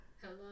Hello